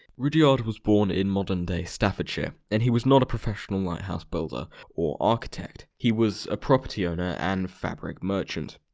rudyard was born in modern-day staffordshire, and he was not a professional lighthouse builder or architect. he was a property owner and fabric merchant.